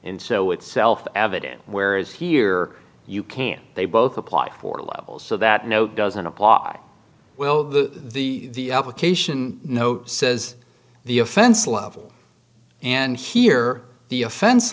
in so it's self evident where is here you can't they both apply for levels so that no doesn't apply well the the application note says the offense level and here the offense